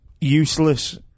useless